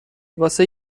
واسه